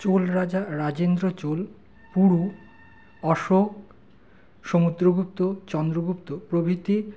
চোলরাজা রাজেন্দ্র চোল পুরু অশোক সমুদ্রগুপ্ত চন্দ্রগুপ্ত প্রভৃতি